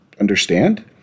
understand